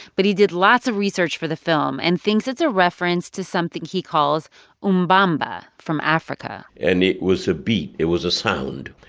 but he did lots of research for the film and thinks it's a reference to something he calls umbamba from africa and it was a beat. it was a sound.